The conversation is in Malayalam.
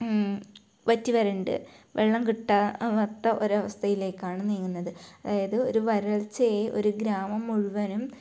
വറ്റി വരണ്ട് വെള്ളം കിട്ടാ ആവാത്ത ഒരവസ്ഥയിലേക്കാണ് നീങ്ങുന്നത് അതായത് ഒരു വരൾച്ചയെ ഒരു ഗ്രാമം മുഴുവനും